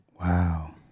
Wow